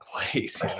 place